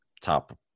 top